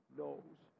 knows